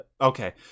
Okay